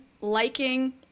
liking